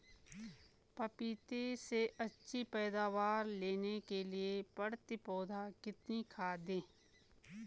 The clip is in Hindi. पपीते से अच्छी पैदावार लेने के लिए प्रति पौधा कितनी खाद दें?